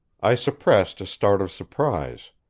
i suppressed a start of surprise.